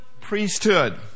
priesthood